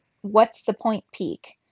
What's-the-Point-Peak